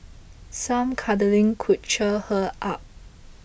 some cuddling could cheer her up